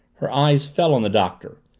her eyes fell on the doctor.